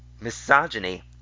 misogyny